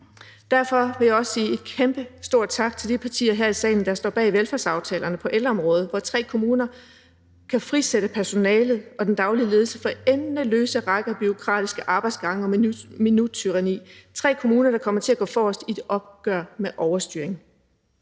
Derfor vil jeg også sige en kæmpe stor tak til de partier her i salen, der står bag velfærdsaftalerne på ældreområdet, som gør, at tre kommuner kan frisætte personalet og den daglige ledelse fra endeløse rækker af bureaukratiske arbejdsgange og minuttyranni; tre kommuner, der kommer til at gå forrest i et opgør med overstyring.